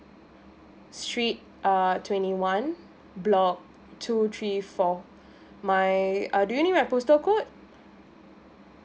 street err twenty one block two three four my uh do you need my postal code